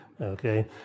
Okay